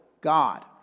God